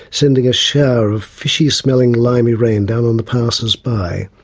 sending a shower of fishy-smelling limey rain down on the passers-by,